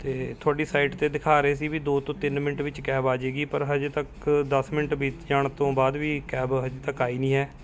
ਅਤੇ ਤੁਹਾਡੀ ਸਾਈਟ 'ਤੇ ਦਿਖਾ ਰਹੇ ਸੀ ਵੀ ਦੋ ਤੋਂ ਤਿੰਨ ਮਿੰਟ ਵਿੱਚ ਕੈਬ ਆ ਜੇਗੀ ਪਰ ਹਜੇ ਤੱਕ ਦਸ ਮਿੰਟ ਬੀਤ ਜਾਣ ਤੋਂ ਬਾਅਦ ਵੀ ਕੈਬ ਹਜੇ ਤੱਕ ਆਈ ਨਹੀਂ ਹੈ